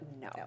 no